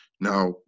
Now